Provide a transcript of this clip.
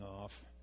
off